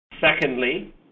Secondly